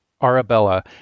Arabella